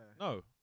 No